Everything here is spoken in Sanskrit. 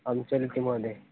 आं चलति महोदय